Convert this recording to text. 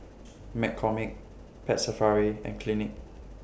McCormick Pet Safari and Clinique